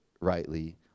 rightly